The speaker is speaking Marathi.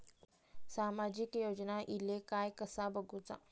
सामाजिक योजना इले काय कसा बघुचा?